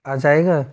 आ जाएगा